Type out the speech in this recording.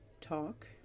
talk